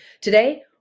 Today